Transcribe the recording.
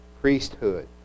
priesthood